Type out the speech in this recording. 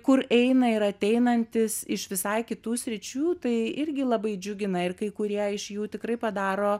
kur eina ir ateinantys iš visai kitų sričių tai irgi labai džiugina ir kai kurie iš jų tikrai padaro